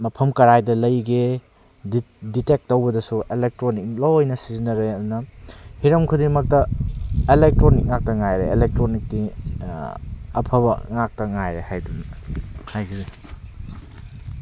ꯃꯐꯝ ꯀꯔꯥꯏꯗ ꯂꯩꯒꯦ ꯗꯤꯇꯦꯛ ꯇꯧꯕꯗꯁꯨ ꯏꯂꯦꯛꯇ꯭ꯔꯣꯅꯤꯛ ꯂꯣꯏꯅ ꯁꯤꯖꯟꯅꯔꯦ ꯑꯗꯨꯅ ꯍꯤꯔꯝ ꯈꯨꯗꯤꯡꯃꯛꯇ ꯏꯂꯦꯛꯇ꯭ꯔꯣꯅꯤꯛ ꯉꯥꯛꯇ ꯉꯥꯏꯔꯦ ꯏꯂꯦꯛꯇ꯭ꯔꯣꯅꯤꯛꯀꯤ ꯑꯐꯕ ꯉꯥꯛꯇ ꯉꯥꯏꯔꯦ ꯍꯥꯏꯗꯨꯅꯤ ꯍꯥꯏꯖꯔꯤ